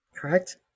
Correct